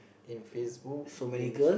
in Facebook in